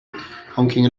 honking